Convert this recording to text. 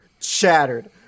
Shattered